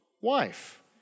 wife